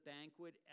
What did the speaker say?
banquet